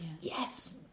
Yes